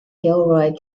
gilroy